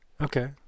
okay